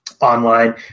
online